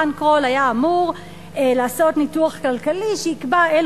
רן קרול היה אמור לעשות ניתוח כלכלי שיקבע אילו